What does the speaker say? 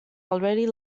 already